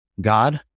God